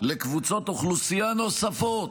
לקבוצות אוכלוסייה נוספות,